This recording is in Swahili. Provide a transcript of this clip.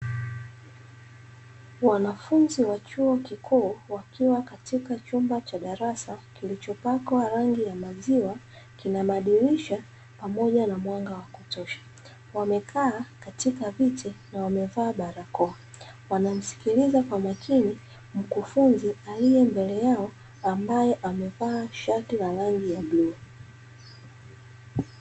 Wanafunzi wa chuo kikuu wakiwa katika chumba cha darasa kilichopakwa rangi ya maziwa, kina madirisha pamoja na mwanga wa kutosha wamekaa katika viti na wamevaa barakoa, wanasikiliza kwa makini mkufunzi ailiye mbele yao ambae amevaa shati la rangi ya bluu.